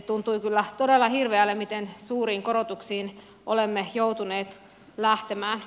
tuntui kyllä todella hirveälle miten suuriin korotuksiin olemme joutuneet lähtemään